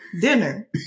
dinner